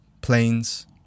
planes